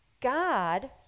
God